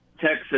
texas